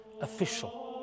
official